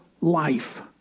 life